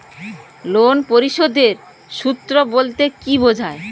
Loan পরিশোধের সূএ বলতে কি বোঝায়?